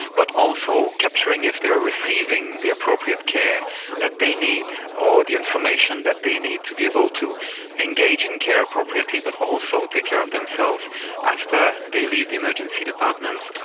but also capturing if they are receiving the appropriate care that they need or the that they need to be able to engage in care appropriately, but also take care of themselves after they leave the emergency departments.